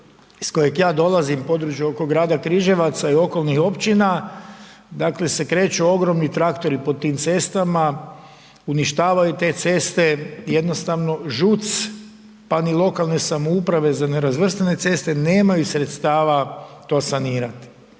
iz kojeg dolazim, području oko grada Križevaca i okolnih općina, dakle se kreću ogromni traktori po tim cestama, uništavaju te ceste, jednostavno ŽUC pa ni lokalne samouprave za nerazvrstane ceste, nemaju sredstava to sanirati.